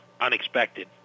unexpected